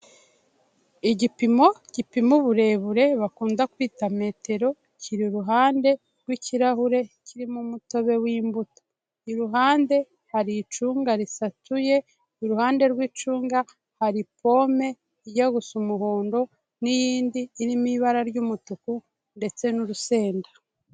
Igipimo gipima uburebure bakunda kwita metero kiri iruhande rw'ikirahure kirimo umutobe w'imbuto, iruhande hari icunga risatuye, iruhande rw'icunga hari pome ijya gusa umuhondo n'iyindi irimo ibara ry'umutuku ndetse n'urusenda.